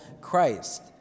Christ